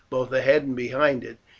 both ahead and behind it,